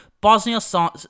Bosnia